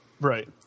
Right